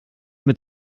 mit